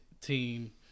team